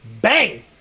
Bang